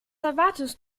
erwartest